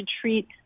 treat